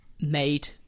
made